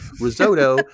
Risotto